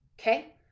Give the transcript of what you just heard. Okay